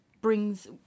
brings